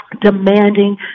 demanding